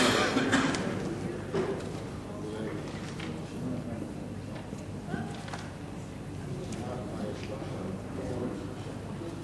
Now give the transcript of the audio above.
ההצעה להעביר את הצעת חוק בתי-המשפט (תיקון מס' 59)